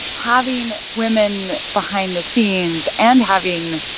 having women behind the scenes and having,